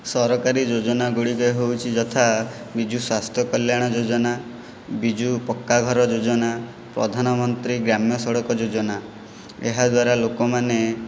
ସରକାରୀ ଯୋଜନାଗୁଡ଼ିକ ହେଉଛି ଯଥା ବିଜୁ ସ୍ଵାସ୍ଥ୍ୟ କଲ୍ୟାଣ ଯୋଜନା ବିଜୁ ପକ୍କାଘର ଯୋଜନା ପ୍ରଧାନ ମନ୍ତ୍ରୀ ଗ୍ରାମ୍ୟସଡ଼କ ଯୋଜନା ଏହା ଦ୍ୱାରା ଲୋକମାନେ